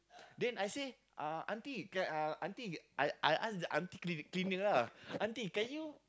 then I say uh auntie can uh auntie I I ask the auntie clean cleaner lah auntie can you